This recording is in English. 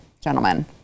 gentlemen